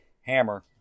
hammer